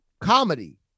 comedy